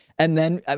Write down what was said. and then,